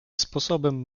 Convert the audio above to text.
sposobem